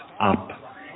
up